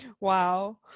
wow